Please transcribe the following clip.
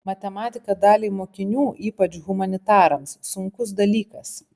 matematika daliai mokinių ypač humanitarams sunkus dalykas